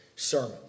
sermon